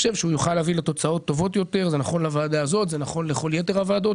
יוכל להביא לתוצאות טובות יותר - זה נכון לוועדה הזאת ולכל יתר הוועדות.